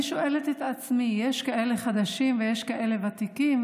יש כאלה חדשים ויש כאלה ותיקים,